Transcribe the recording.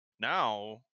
Now